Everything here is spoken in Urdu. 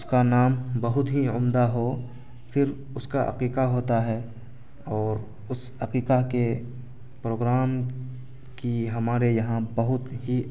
اس کا نام بہت ہی عمدہ ہو پھر اس کا عقیقہ ہوتا ہے اور اس عقیقہ کے پروگرام کی ہمارے یہاں بہت ہی